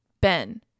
Ben